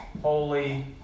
holy